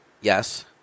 Yes